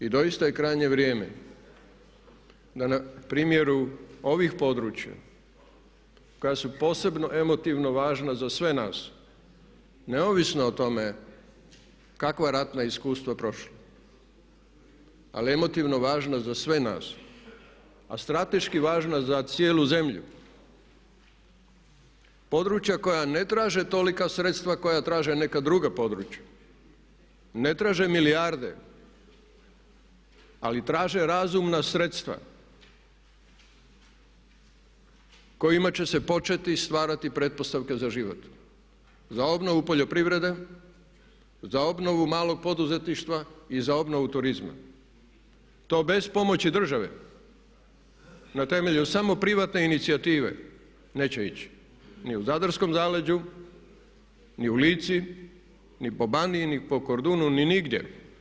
I doista je krajnje vrijeme da na primjeru ovih područja koja su posebno emotivno važna za sve nas neovisno o tome kakva ratna iskustva prošla, ali emotivno važna za sve nas a strateški važna za cijelu zemlju, područja koja ne traže tolika sredstva koja traže neka druga područja, ne traže milijarde ali traže razumna sredstva kojima će se početi stvarati pretpostavke za život, za obnovu poljoprivrede, za obnovu malog poduzetništva i za obnovu turizma, to bez pomoći države na temelju samo privatne inicijative neće ići ni u zadarskom zaleđu, ni u Lici, ni po Baniji ni po Kordunu ni nigdje.